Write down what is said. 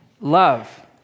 love